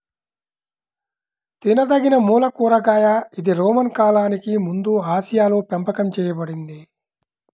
తినదగినమూల కూరగాయ ఇది రోమన్ కాలానికి ముందుఆసియాలోపెంపకం చేయబడింది